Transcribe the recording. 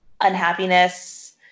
unhappiness